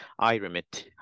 Iremit